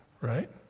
right